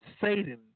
Satan